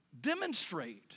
demonstrate